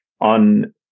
on